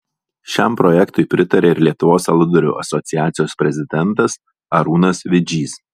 šiam projektui pritaria ir lietuvos aludarių asociacijos prezidentas arūnas vidžys